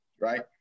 right